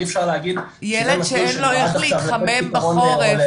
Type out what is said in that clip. אי אפשר להגיד --- ילד שאין לו איך להתחמם בחורף,